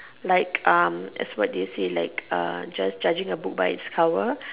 like as what did you said just judging its book by its cover